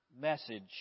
message